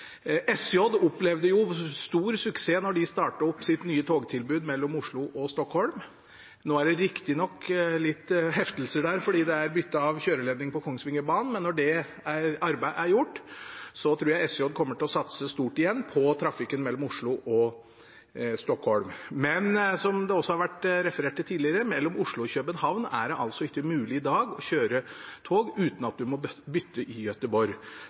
så dette kommer – det er bare et spørsmål om hvor raskt vi klarer å få det på plass. SJ opplevde stor suksess da de startet opp sitt nye togtilbud mellom Oslo og Stockholm. Nå er det riktignok noen heftelser der fordi det er bytte av kjøreledning på Kongsvingerbanen, men når det arbeidet er gjort, tror jeg SJ kommer til å satse stort igjen på trafikken mellom Oslo og Stockholm. Men – som det også har vært referert til tidligere – mellom Oslo og København er det altså ikke mulig i dag å kjøre tog